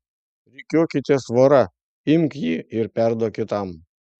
rikiuokitės vora imk jį ir perduok kitam